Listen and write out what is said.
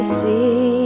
see